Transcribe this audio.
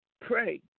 Pray